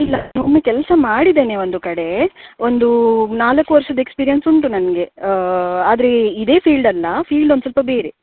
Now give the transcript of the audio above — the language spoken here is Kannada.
ಇಲ್ಲ ಒಮ್ಮೆ ಕೆಲಸ ಮಾಡಿದ್ದೇನೆ ಒಂದು ಕಡೆ ಒಂದು ನಾಲ್ಕು ವರ್ಷದ ಎಕ್ಸ್ಪೀರಿಯನ್ಸ್ ಉಂಟು ನನಗೆ ಆದ್ರೆ ಇದೇ ಫೀಲ್ಡಲ್ಲ ಫೀಲ್ಡ್ ಒಂದು ಸ್ವಲ್ಪ ಬೇರೆ